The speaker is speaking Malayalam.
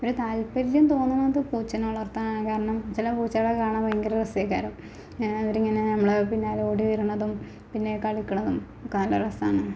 ഒര് താല്പര്യം തോന്നുന്നത് പൂച്ചേനെ വളര്ത്താനാണ് കാരണം ചില പൂച്ചകളെ കാണാന് ഭയങ്കര രസമായിരിക്കും അവരിങ്ങനെ നമ്മളുടെ പിന്നാലെ ഓടി വരുന്നതും പിന്നെ കളിക്കുന്നതും കാണാൻ ഒരു രസമാണ്